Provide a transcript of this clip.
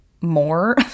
more